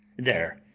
there,